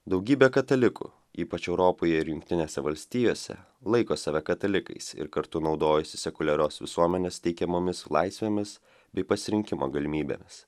daugybė katalikų ypač europoje ir jungtinėse valstijose laiko save katalikais ir kartu naudojasi sekuliarios visuomenės teikiamomis laisvėmis bei pasirinkimo galimybėmis